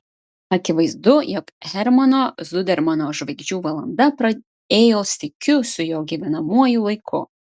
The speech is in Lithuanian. akivaizdu jog hermano zudermano žvaigždžių valanda praėjo sykiu su jo gyvenamuoju laiku